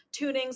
tunings